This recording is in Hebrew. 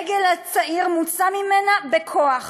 העגל הצעיר מוצא ממנה בכוח,